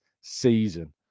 season